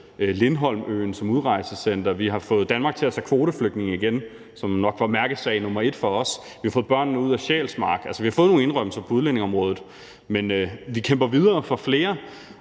Lindholm som udrejsecenter. Vi har fået Danmark til at tage imod kvoteflygtninge igen, som nok var mærkesag nummer et for os. Vi har fået børnene ud af Sjælsmark. Altså, vi har fået nogle indrømmelser på udlændingeområdet, men vi kæmper videre for at